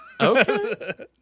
Okay